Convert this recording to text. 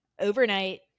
overnight